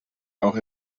auch